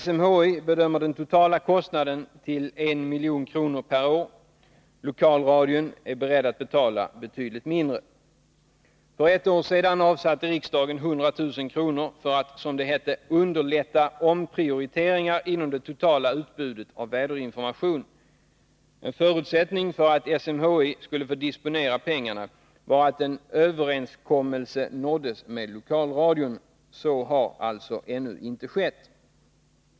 SMHI bedömer den totala kostnaden till 1 milj.kr. per år, lokalradion är beredd att betala betydligt mindre. För ett år sedan avsatte riksdagen 100 000 kr. för att, som det hette, underlätta omprioriteringar inom det totala utbudet av väderinformation. En förutsättning för att SMHI skulle få disponera pengarna var att en överenskommelse nåddes med lokalradion. Så har alltså ännu inte skett.